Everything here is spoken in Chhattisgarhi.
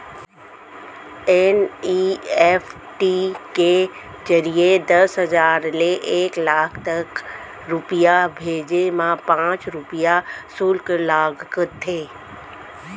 एन.ई.एफ.टी के जरिए दस हजार ले एक लाख तक रूपिया भेजे मा पॉंच रूपिया सुल्क लागथे